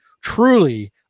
truly